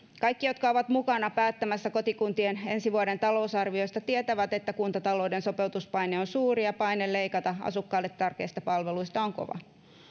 kaikki jotka ovat mukana päättämässä kotikuntansa ensi vuoden talousarviosta tietävät että kuntatalouden sopeutuspaine on suuri ja paine leikata asukkaille tärkeistä palveluista on kova